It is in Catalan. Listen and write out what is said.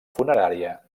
funerària